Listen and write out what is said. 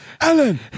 Alan